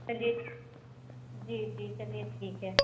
چلیے جی جی چلیے ٹھیک ہے